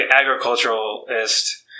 agriculturalist